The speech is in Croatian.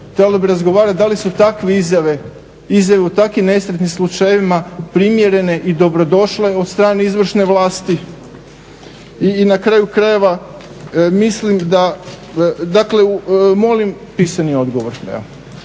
Trebalo bi razgovarati da li su takve izjave, izjave u takvim nesretnim slučajevima primjerene i dobrodošle od strani izvršne vlasti. I na kraju krajeva mislim da, dakle molim pisani odgovor.